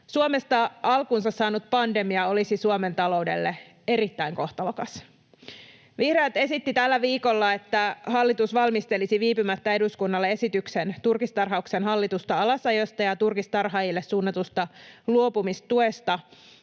Suomesta alkunsa saanut pandemia olisi Suomen taloudelle erittäin kohtalokas. Vihreät esittivät tällä viikolla, että hallitus valmistelisi viipymättä eduskunnalle esityksen turkistarhauksen hallitusta alasajosta ja turkistarhaajille suunnatusta luopumistuesta.